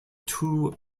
two